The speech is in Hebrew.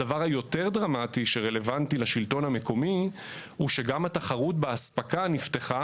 הדבר היותר דרמטי שרלוונטי לשלטון המקומי הוא שגם התחרות באספקה נפתחה,